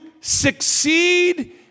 succeed